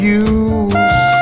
use